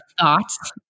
thoughts